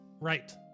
Right